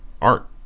art